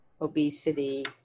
obesity